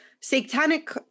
satanic